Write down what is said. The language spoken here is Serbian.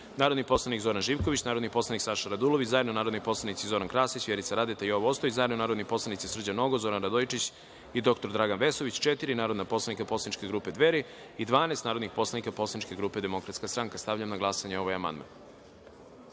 narodni poslanik Zoran Živković, narodni poslanik Saša Radulović, zajedno narodni poslanici Zoran Krasić, Vjerica Radeta i Sreto Perić, zajedno narodni poslanici Srđan Nogo, Zoran Radojičić i dr Dragan Vesović, četiri narodna poslanika poslaničke grupe Dveri i 12 narodnih poslanika poslaničke grupe Demokratska stranka. Stavljam na glasanje ovaj